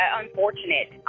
unfortunate